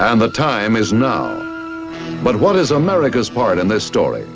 and the time is now but what is america's part in this story